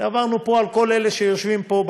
עברנו פה על כל אלה שיושבים פה,